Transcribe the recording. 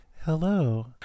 Hello